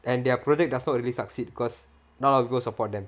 and their projects does not really succeed because no one go support them